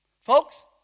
Folks